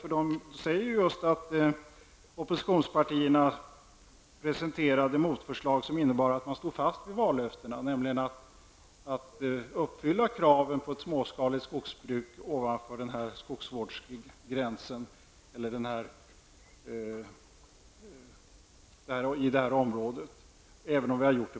Man säger nämligen att oppositionspartierna har presenterat motförslag som -- även om våra förslag är olika -- innebär att vi står fast vid våra vallöften om att uppfylla kraven på ett småskaligt skogsbruk i detta område.